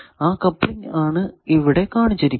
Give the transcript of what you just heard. ആ കപ്ലിങ് ആണ് ഇവിടെ കാണിച്ചിരിക്കുന്നത്